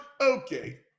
Okay